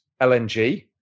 LNG